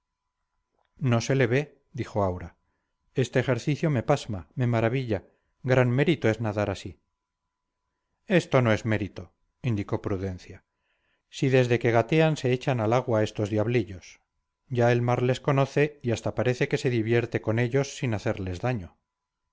no se le ve dijo aura este ejercicio me pasma me maravilla gran mérito es nadar así esto no es mérito indicó prudencia si desde que gatean se echan al agua estos diablillos ya el mar les conoce y hasta parece que se divierte con ellos sin hacerles daño